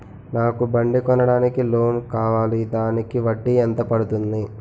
నాకు బండి కొనడానికి లోన్ కావాలిదానికి వడ్డీ ఎంత పడుతుంది?